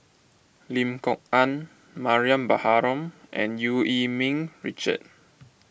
Lim Kok Ann Mariam Baharom and Eu Yee Ming Richard